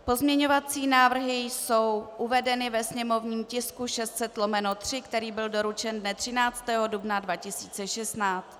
Pozměňovací návrhy jsou uvedeny ve sněmovním tisku 600/3, který byl doručen dne 13. dubna 2016.